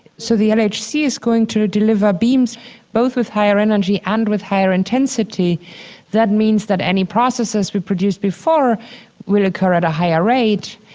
so the lch is going to deliver beams both with higher energy and with higher intensity that means that any processes we produce before will occur at a higher rate.